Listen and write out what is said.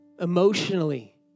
emotionally